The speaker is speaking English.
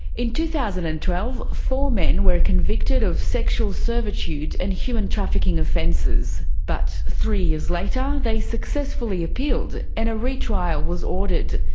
in two thousand and twelve, four men were convicted of sexual servitude and human trafficking offences. but three years later they successfully appealed and a retrial was ordered.